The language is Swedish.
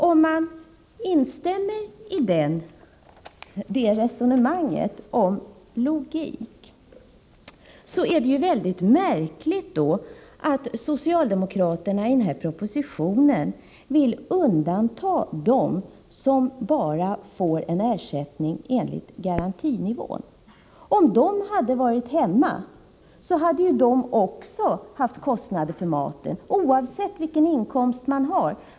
Om man instämmer i det resonemanget om logik, är det väldigt märkligt att socialdemokraterna i den här propositionen vill undanta dem som bara får ersättning enligt garantinivån. Om de hade varit hemma, skulle de också haft kostnader för maten, oavsett vilken inkomst de har.